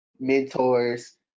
mentors